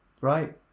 right